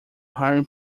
hiring